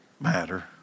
matter